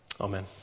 Amen